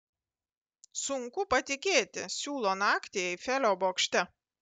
sunku patikėti siūlo naktį eifelio bokšte